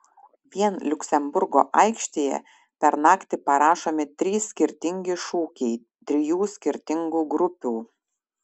vien liuksemburgo aikštėje per naktį parašomi trys skirtingi šūkiai trijų skirtingų grupių